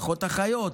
פחות אחיות,